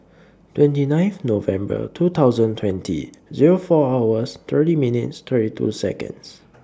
twenty ninth November two thousand twenty Zero four hours thirty minutes thirty two Seconds